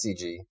CG